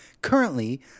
Currently